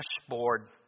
dashboard